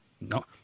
no